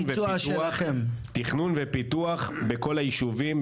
תכנון ופיתוח בכל היישובים,